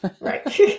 Right